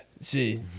see